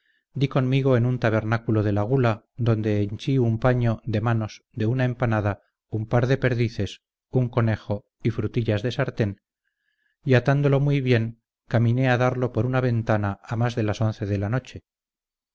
dí conmigo en un tabernáculo de la gula donde henchí un paño de manos dé una empanada un par de perdices un conejo y frutillas de sartén y atándolo muy bien caminé a darlo por una ventana a más de las once de la noche